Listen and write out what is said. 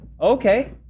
Okay